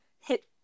hit